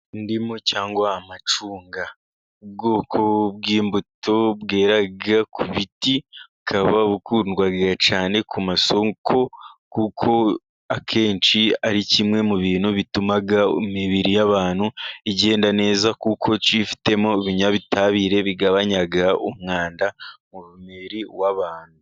Indimu cyangwa amacunga ubwoko bw'imbuto bwera ku biti, bukaba bukundwa cyane ku masoko, kuko akenshi ari kimwe mu bintu bituma imibiri y'abantu igenda neza, kuko cyifitemo ibinyabutabire bigabanya umwanda mu mubiri w'abantu.